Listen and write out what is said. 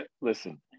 listen